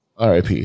RIP